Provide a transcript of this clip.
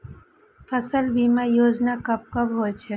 फसल बीमा योजना कब कब होय छै?